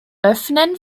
öffnen